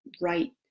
right